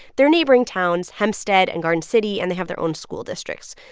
they're neighboring towns, hempstead and garden city, and they have their own school districts.